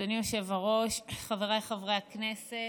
אדוני היושב-ראש, חבריי חברי הכנסת,